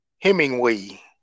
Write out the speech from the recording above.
Hemingway